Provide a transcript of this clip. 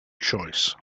choice